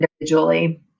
individually